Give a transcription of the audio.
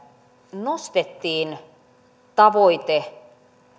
nostettiin tavoite